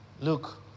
Look